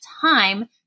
time